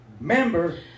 Member